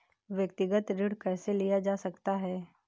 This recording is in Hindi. व्यक्तिगत ऋण कैसे लिया जा सकता है?